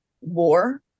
war